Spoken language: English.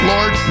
Lord